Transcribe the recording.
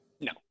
No